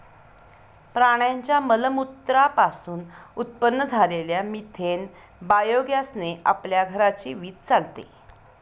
प्राण्यांच्या मलमूत्रा पासून उत्पन्न झालेल्या मिथेन बायोगॅस ने आपल्या घराची वीज चालते